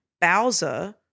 Bowser